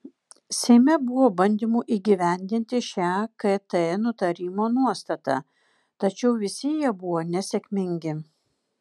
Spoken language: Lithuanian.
seime buvo bandymų įgyvendinti šią kt nutarimo nuostatą tačiau visi jie buvo nesėkmingi